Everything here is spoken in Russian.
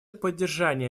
поддержания